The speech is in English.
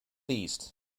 east